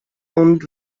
und